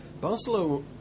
Barcelona